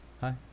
hi